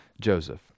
Joseph